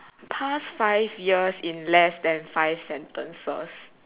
past five years in less than five sentences